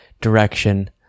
direction